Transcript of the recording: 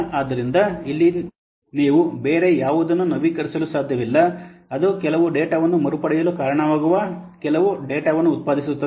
ಆದ್ದರಿಂದ ಇಲ್ಲಿ ನೀವು ಬೇರೆ ಯಾವುದನ್ನು ನವೀಕರಿಸಲು ಸಾಧ್ಯವಿಲ್ಲ ಅದು ಕೆಲವು ಡೇಟಾವನ್ನು ಮರುಪಡೆಯಲು ಕಾರಣವಾಗುವ ಕೆಲವು ಡೇಟಾವನ್ನು ಉತ್ಪಾದಿಸುತ್ತದೆ